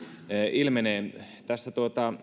ilmenee tässä